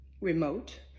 remote